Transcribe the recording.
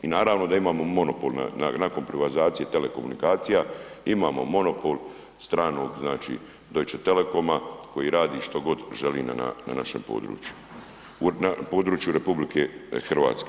I naravno da imamo monopol nakon privatizacije telekomunikacija, imamo monopol stranog znači Deutsche telekoma koji radi što god želi na našem području, na području RH.